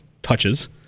touches